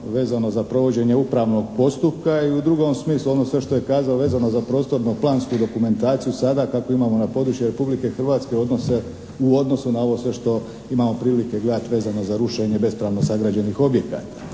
vezano za provođenje upravnog postupka. I u drugom smislu, ono sve što je kazao vezano za prostorno-plansku dokumentaciju sada kako imamo na području Republike Hrvatske u odnosu na ovo sve što imamo prilike gledati vezano za rušenje bespravno sagrađenih objekata.